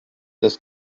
das